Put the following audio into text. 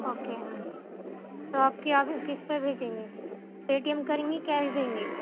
okay تو آپ کے یہاں پہ کس پہ بھیجیں گے پے ٹی ایم کریں گی کیش دیں گی